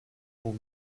vous